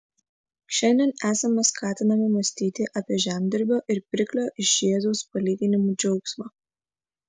šiandien esame skatinami mąstyti apie žemdirbio ir pirklio iš jėzaus palyginimų džiaugsmą